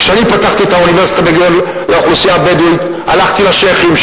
כשאני פתחתי את אוניברסיטת בן-גוריון לאוכלוסייה הבדואית הלכתי לשיח'ים,